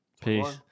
Peace